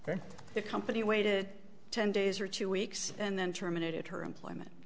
for the company waited ten days or two weeks and then terminated her employment